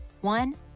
One